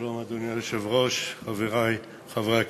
שלום, אדוני היושב-ראש, חברי חברי הכנסת,